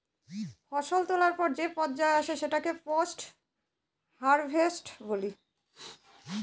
ফসল তোলার পর যে পর্যায় আসে সেটাকে পোস্ট হারভেস্ট বলি